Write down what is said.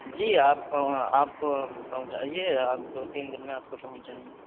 جی آپ آپ کو پہنچائیے آپ دو تین دن میں آپ کو پہنچ جائیں گی